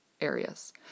areas